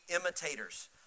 imitators